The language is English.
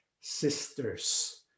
sisters